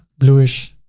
bluish.